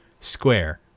Square